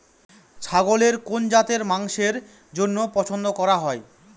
ছাগলের কোন জাত মাংসের জন্য পছন্দ করা হয়?